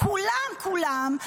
כולם כולם,